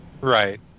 Right